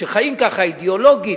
שחיות ככה אידיאולוגית,